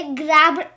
grab